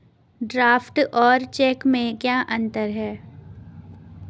Draft और cheque में क्या अंतर है?